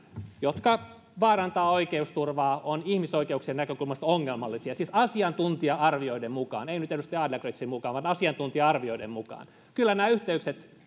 jotka vaarantavat oikeusturvaa ovat ihmisoikeuksien näkökulmasta ongelmallisia siis asiantuntija arvioiden mukaan ei nyt edustaja adlercreutzin mukaan vaan asiantuntija arvioiden mukaan kyllä nämä yhteydet